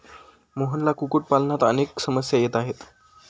मोहनला कुक्कुटपालनात अनेक समस्या येत आहेत